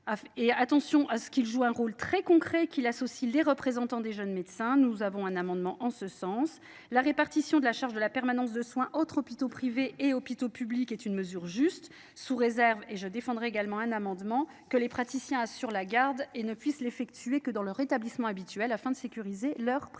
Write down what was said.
toutefois à ce qu’il joue un rôle très concret et qu’il associe les représentants des jeunes médecins – nous avons déposé un amendement en ce sens. Je pense ensuite à la répartition de la charge de la permanence des soins entre hôpitaux privés et hôpitaux publics. C’est une mesure juste, sous réserve – et je défendrai un amendement en ce sens – que les praticiens assurant la garde ne puissent l’effectuer que dans leur établissement habituel afin de sécuriser leur pratique.